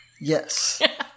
Yes